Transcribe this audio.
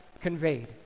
conveyed